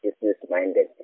business-minded